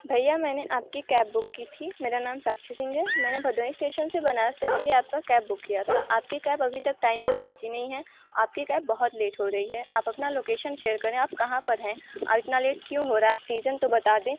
भैया मैंने आप की कैब बुक की थी मेरा नाम साक्षी सिंग है मैंने भदोही स्टेशन से बनारस तक के लिए आप का कैब बुक किया था आप की कैब अभी तक टाइम पर पहुंच नहीं है आप की कैब बहुत लेट हो रही है आप अपना लोकेशन शेयर करें आप कहाँ पर हैं और इतना लेट क्यों हो रा है आप रीज़न तो बता दें